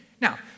Now